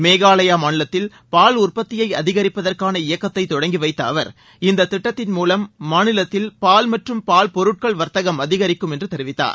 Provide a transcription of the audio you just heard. மேகாலயா மாநிலத்தில் பால் உற்பத்தியை அதிகரிப்பதற்கான இயக்கத்தை தொடங்கி வைத்த அவர் இந்த திட்டத்தின் மூலம் மாநிலத்தில் பால் மற்றும் பால் பொருட்கள் வர்த்தகம் அதிகரிக்கும் என்று தெரிவித்தார்